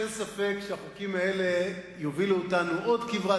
אין ספק שהחוקים האלה יובילו אותנו עוד כברת